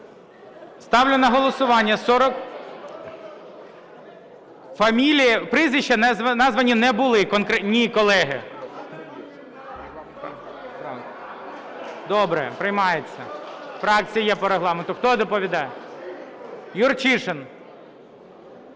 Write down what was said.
Ставлю на голосування… Прізвища названі не були конкретні. Ні, колеги… Добре, приймається, фракція є по Регламенту. Хто доповідає? Юрчишин.